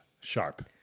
Sharp